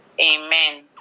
Amen